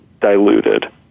diluted